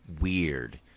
weird